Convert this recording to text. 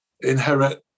inherit